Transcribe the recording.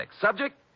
Subject